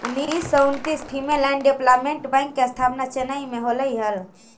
उन्नीस सौ उन्नितिस फीमेल एंड डेवलपमेंट बैंक के स्थापना चेन्नई में होलइ हल